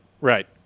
right